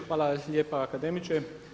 Hvala lijepa akademiče.